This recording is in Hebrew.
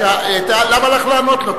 למה לך לענות לו?